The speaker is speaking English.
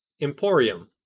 Emporium